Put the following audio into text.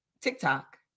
TikTok